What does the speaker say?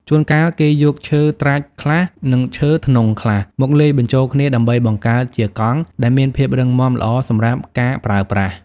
ជួនការ គេយកឈើត្រាចខ្លះ និងឈើធ្នង់ខ្លះ មកលាយបញ្ចូលគ្នា ដើម្បីបង្កើតជាកង់ដែលមានភាពរឹងមាំល្អសម្រាប់ការប្រើប្រាស់។